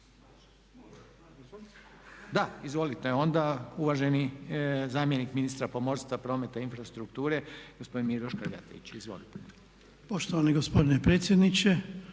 Da. Izvolite onda, uvaženi zamjenik ministra pomorstva, prometa i infrastrukture gospodin Miro Škrgatić. Izvolite. **Škrgatić, Miro** Poštovani gospodine predsjedniče,